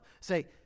Say